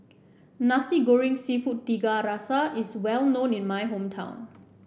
Nasi Goreng seafood Tiga Rasa is well known in my hometown